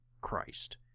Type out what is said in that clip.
Christ